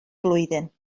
flwyddyn